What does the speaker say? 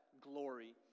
glory